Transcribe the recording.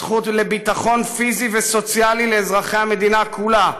זכות לביטחון פיזי וסוציאלי לאזרחי המדינה כולה,